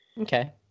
okay